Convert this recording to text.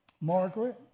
Margaret